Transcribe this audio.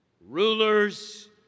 rulers